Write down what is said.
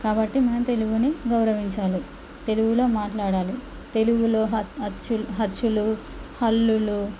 కాబట్టి మనం తెలుగుని గౌరవించాలి తెలుగులో మాట్లాడాలి తెలుగులో హ అచ్చు అచ్చులు హల్లులు